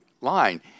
line